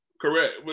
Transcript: correct